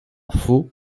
faux